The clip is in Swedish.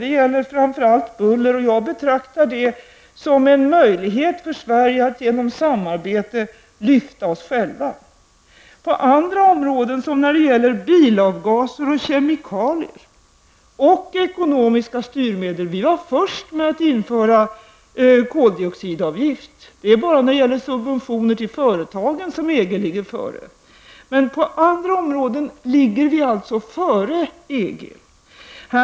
Det gäller framför allt bestämmelser om buller. Jag betraktar detta som en möjlighet för oss svenskar att lyfta oss själva. På andra områden -- när det gäller bilavgaser, kemikalier och ekonomiska styrmedel -- ligger vi före EG. Vi var först med att införa koldioxidavgift. Det är bara när det gäller subventioner till företagen som EG ligger före. Men på andra områden ligger Sverige före utvecklingen inom EG.